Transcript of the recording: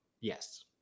Yes